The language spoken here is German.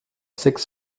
sechs